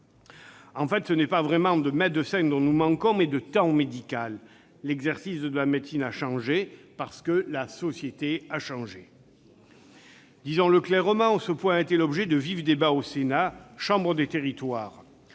En fait, ce dont nous manquons, c'est moins de médecins que de temps médical. L'exercice de la médecine a changé parce que la société a changé. Disons-le clairement, ce point a été l'objet de vifs débats au Sénat, chambre des territoires.